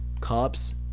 cops